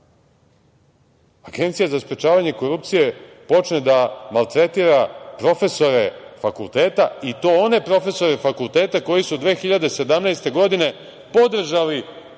Agencija za sprečavanje korupcije počne da maltretira profesore fakulteta, i to one profesore fakulteta koji su 2017. godine podržali kandidaturu